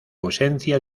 ausencia